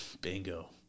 Bingo